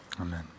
amen